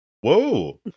Whoa